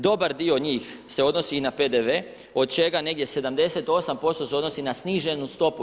Dobar dio njih se odnosi i na PDV od čega negdje 78% se odnosi na sniženu stopu.